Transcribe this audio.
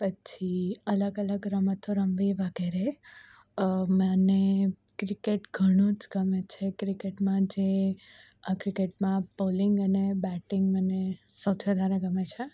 પછી અલગ અલગ રમતો રમવી વગેરે મને ક્રિકેટ ઘણું જ ગમે છે ક્રિકેટમાં જે આ ક્રિકેટમાં બોલિંગ અને બેટિંગ મને સૌથી વધારે ગમે છે